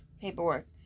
paperwork